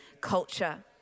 culture